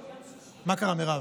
מה קרה, מירב?